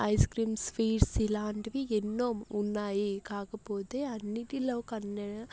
ice creams sweets ఇలాంటివి ఎన్నో ఉన్నాయి కాకపోతే అన్నిటిలోకన్నా